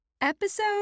episode